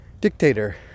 dictator